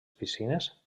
piscines